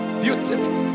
beautiful